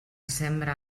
sembra